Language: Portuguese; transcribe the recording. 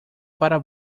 para